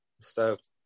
Stoked